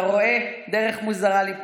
אתה רואה, דרך מוזרה להיפגש.